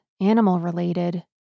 animal-related